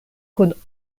kun